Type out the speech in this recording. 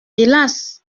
hélas